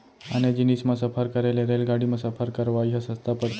आने जिनिस म सफर करे ले रेलगाड़ी म सफर करवाइ ह सस्ता परथे